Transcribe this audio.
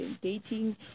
dating